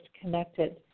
connected